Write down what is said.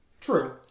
True